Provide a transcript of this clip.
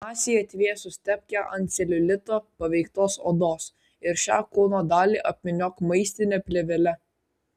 masei atvėsus tepk ją ant celiulito paveiktos odos ir šią kūno dalį apvyniok maistine plėvele